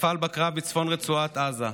נפל בקרב בצפון רצועת עזה,